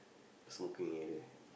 smoking area